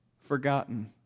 forgotten